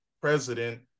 president